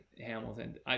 Hamilton